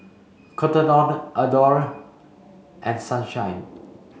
Cotton On Adore and Sunshine